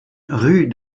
rue